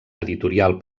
editorial